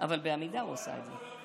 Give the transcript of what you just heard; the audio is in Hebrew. בעמידה הוא עשה את זה.